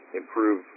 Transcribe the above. improve